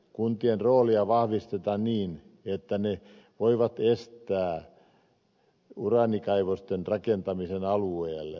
kuntien roolia vahvistetaan niin että ne voivat estää uraanikaivosten rakentamisen alueelle